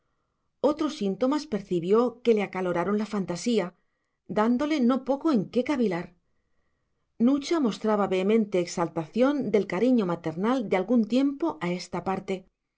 otros síntomas percibió que le acaloraron la fantasía dándole no poco en qué cavilar nucha mostraba vehemente exaltación del cariño maternal de algún tiempo a esta parte